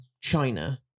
China